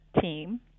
team